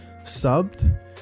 subbed